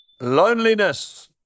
Loneliness